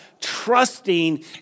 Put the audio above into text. trusting